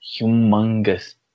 humongous